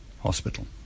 hospital